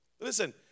listen